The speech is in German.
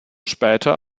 später